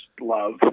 love